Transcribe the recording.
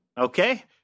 Okay